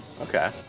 Okay